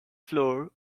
floor